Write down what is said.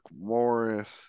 Morris